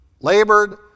labored